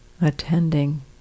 attending